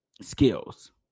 skills